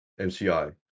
MCI